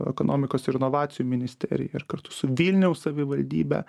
ekonomikos ir inovacijų ministerija ir kartu su vilniaus savivaldybe